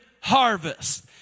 harvest